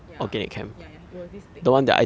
ya ya ya it was this thick like